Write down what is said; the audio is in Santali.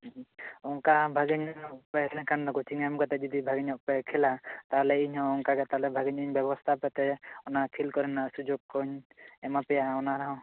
ᱚᱱᱠᱟ ᱵᱷᱟᱜᱤ ᱧᱚᱜ ᱯᱮ ᱦᱮᱡᱞᱮᱱ ᱠᱷᱟᱱ ᱠᱚᱪᱤᱝ ᱮᱢ ᱠᱟᱛᱮ ᱡᱩᱫᱤ ᱵᱷᱟᱜᱮ ᱧᱚᱜ ᱯᱮ ᱠᱷᱮᱞᱟ ᱛᱟᱦᱮᱞᱮ ᱤᱧᱦᱚᱸ ᱚᱱᱠᱟ ᱜᱮ ᱛᱟᱦᱚᱞᱮ ᱵᱷᱟᱜᱮ ᱧᱚᱜ ᱤᱧ ᱵᱮᱵᱚᱥᱛᱟ ᱦᱟᱞᱮ ᱛᱮ ᱚᱱᱟ ᱠᱷᱮᱞ ᱠᱚᱨᱮᱱᱟᱜ ᱥᱩᱡᱚᱜᱽ ᱠᱚᱧ ᱮᱢᱟᱯᱮᱭᱟ ᱚᱱᱟ